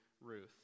Ruth